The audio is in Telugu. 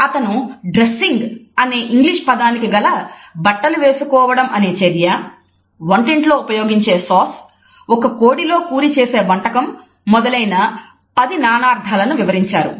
అతను 'డ్రెస్సింగ్' అనే ఇంగ్లీష్ పదానికి గల బట్టలు వేసుకోవటం అనే చర్య వంటల్లో ఉపయోగించే సాస్ ఒక కోడి లో కూరి చేసే వంటకం మొదలైన10 నానార్ధాలను వివరించారు